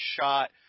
shot